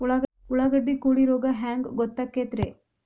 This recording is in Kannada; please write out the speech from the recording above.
ಉಳ್ಳಾಗಡ್ಡಿ ಕೋಳಿ ರೋಗ ಹ್ಯಾಂಗ್ ಗೊತ್ತಕ್ಕೆತ್ರೇ?